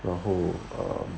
然后 err